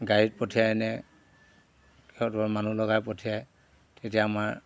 গাড়ীত পঠিয়াইনে সিহঁতৰ মানুহ লগাই পঠিয়াই তেতিয়া আমাৰ